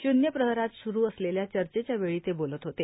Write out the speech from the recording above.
शून्य प्रहरात स्रू असलेल्या चर्चेच्या वेळी ते बोलत होते